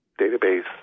database